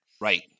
Right